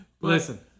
Listen